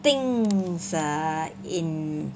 things uh in